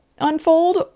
unfold